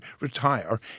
retire